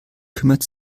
kümmert